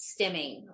stimming